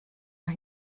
mae